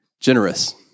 generous